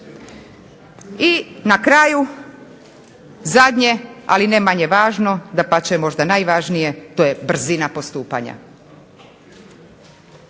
I na kraju, zadnje, ali ne manje važno, dapače možda najvažnije, to je brzina postupanja.